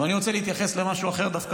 אני רוצה להתייחס למשהו אחר דווקא,